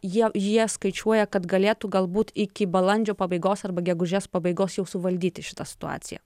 jie jie skaičiuoja kad galėtų galbūt iki balandžio pabaigos arba gegužės pabaigos jau suvaldyti šitą situaciją